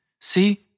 see